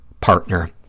partner